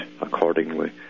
accordingly